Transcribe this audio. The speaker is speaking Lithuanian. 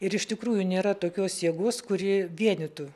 ir iš tikrųjų nėra tokios jėgos kuri vienytų